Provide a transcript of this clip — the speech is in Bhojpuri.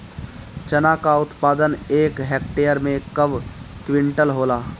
चना क उत्पादन एक हेक्टेयर में कव क्विंटल होला?